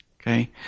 Okay